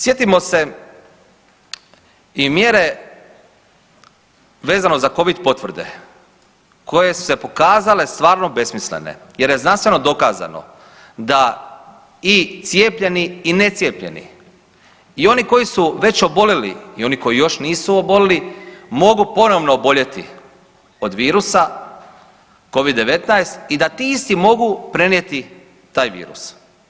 Sjetimo se i mjere vezano za Covid potvrde koje su se pokazale stvarno besmislene jer je znanstveno dokazano da i cijepljeni i necijepljeni i oni koji su već obolili i oni koji još nisu obolili, mogu ponovno oboljeti od virusa Covid-19 i da ti isti mogu prenijeti taj virus.